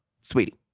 sweetie